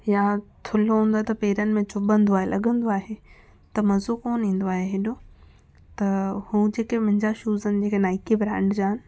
यां थुलो हुंदो आहे त पेरनि में चुभंदो आहे लॻंदो आहे त मज़ो कोन्ह ईंदो आहे एॾो त हू जेके मूहिंजा शूस आहिनि जेके नाईकी ब्रांड जा आहिनि